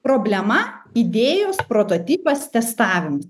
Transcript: problema idėjos prototipas testavimas